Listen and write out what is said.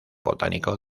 botánico